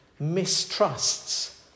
mistrusts